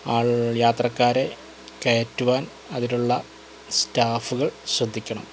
ആൾ യാത്രക്കാരെ കയറ്റുവാൻ അതിലുള്ള സ്റ്റാഫുകൾ ശ്രദ്ധിക്കണം